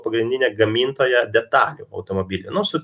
pagrindinė gamintoja detalių automobilių nu su